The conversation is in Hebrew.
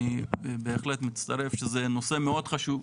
אני בהחלט מצטרף שזה נושא מאוד חשוב.